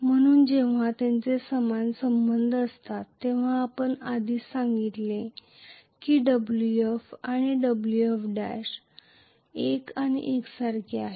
म्हणून जेव्हा त्यांचे समान संबंध असतात तेव्हा आपण आधीच सांगितले की Wf आणि Wf' एक आणि एकसारखे आहेत